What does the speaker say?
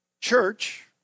church